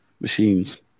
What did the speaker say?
machines